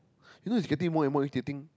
you know it's getting more and more irritating